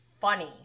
funny